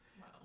Wow